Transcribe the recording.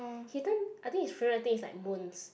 he I think his favourite thing is like moons